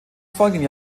folgenden